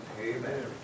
Amen